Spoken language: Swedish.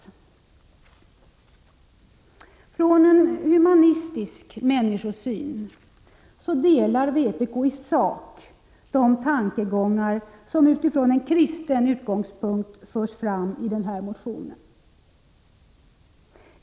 På grundval av en humanistisk människosyn delar vpk i sak de tankegångar som utifrån en kristen utgångspunkt framförs i den här motionen.